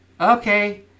okay